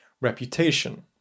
reputation